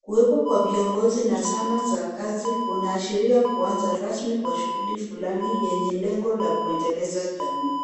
Kuwepo kwa viongozi na zana za kazi kunaashiria kuanza rasmi kwa shughuli fulani yenye lengo la kuendeleza jamii.